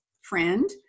friend